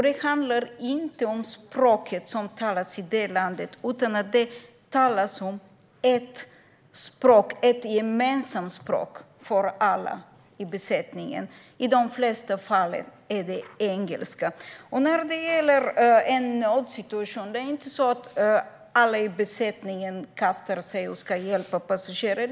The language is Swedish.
Det handlar inte om språket som talas i det landet. Det talas om ett gemensamt språk för alla i besättningen, och i de flesta fall är det engelska. I en nödsituation är det inte alla i besättningen som kastar sig fram och ska hjälpa passagerare.